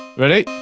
ready.